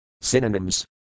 Synonyms